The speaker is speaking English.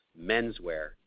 menswear